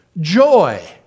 joy